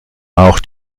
auch